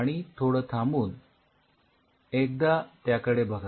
आणि थोडं थांबून एकदा त्याकडे बघा